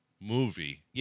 movie